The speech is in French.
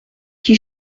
qui